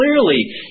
clearly